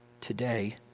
today